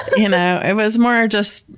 you know it was more just,